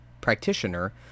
practitioner